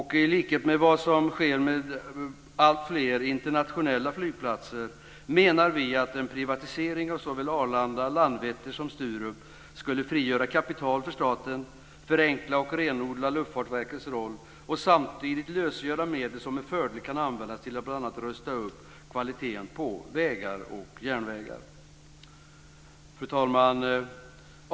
I likhet med vad som sker med alltfler internationella flygplatser menar vi att en privatisering av såväl Arlanda, Landvetter som Sturup skulle frigöra kapital för staten, förenkla och renodla Luftfartsverkets roll och samtidigt lösgöra medel som med fördel kan användas till att bl.a. rusta upp kvaliteten på vägar och järnvägar. Fru talman!